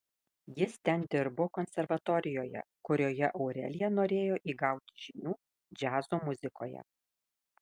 jis ten dirbo konservatorijoje kurioje aurelija norėjo įgauti žinių džiazo muzikoje